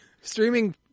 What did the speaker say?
Streaming